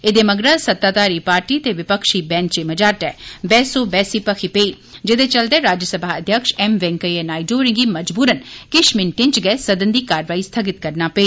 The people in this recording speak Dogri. एहदे मगरा सताधारी पार्टी ते विपक्षी बैंचें मझाटै बहसो बहसी भखी पेई जेदे चलदे राज्यसभा अध्यक्ष एम वैकेइयां नायडू होरें गी मजबूरन किश मिन्टें च गै सदन गी कार्यवाही स्थगित करनी पेई